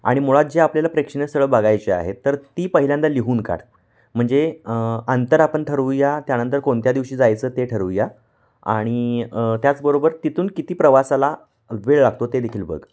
आणि मुळात जे आपल्याला प्रेक्षणीय स्थळं बघायचे आहेत तर ती पहिल्यांदा लिहून काढ म्हणजे अंतर आपण ठरवुया त्यानंतर कोणत्या दिवशी जायचं ते ठरवुया आणि त्याचबरोबर तिथून किती प्रवासाला वेळ लागतो ते देखील बघ